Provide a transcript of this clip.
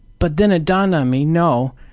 but then it dawned on me, no,